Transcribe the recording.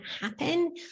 happen